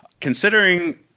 considering